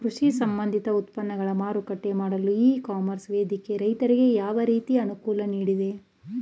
ಕೃಷಿ ಸಂಬಂಧಿತ ಉತ್ಪನ್ನಗಳ ಮಾರಾಟ ಮಾಡಲು ಇ ಕಾಮರ್ಸ್ ವೇದಿಕೆ ರೈತರಿಗೆ ಯಾವ ರೀತಿ ಅನುಕೂಲ ನೀಡಿದೆ?